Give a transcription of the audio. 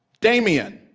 damien,